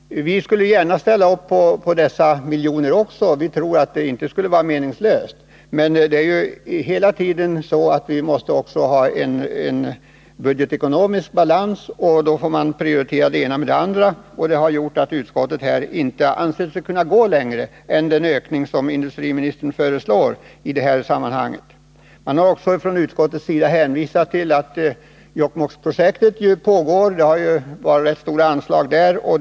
Vi skulle gärna ställa upp på dessa ytterligare miljoner — vi tror inte det skulle vara meningslöst. Men vi måste också ha budgetekonomisk balans, och då får man prioritera. Därför har utskottet inte ansett sig kunna gå längre än till den ökning industriministern i detta sammanhang föreslagit. Utskottet har också hänvisat till att Jokkmokksprojektet pågår. Till det har rätt stora belopp anslagits.